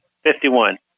Fifty-one